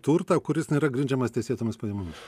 turtą kuris nėra grindžiamas teisėtomis pajamomis